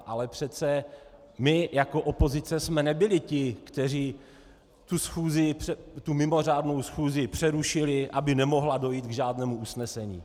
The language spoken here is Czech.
Ale přece my jako opozice jsme nebyli ti, kteří tu mimořádnou schůzi přerušili, aby nemohla dojít k žádném usnesení.